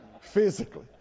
Physically